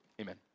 Amen